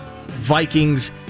Vikings